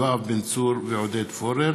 יואב בן צור ועודד פורר